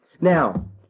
Now